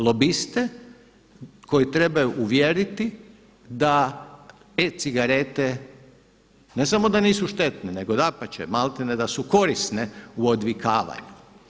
Lobiste koji trebaju uvjeriti da e-cigarete ne samo da nisu štetne, nego dapače da su korisne u odvikavanju.